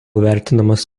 vertinamas